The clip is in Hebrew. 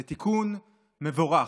זה תיקון מבורך,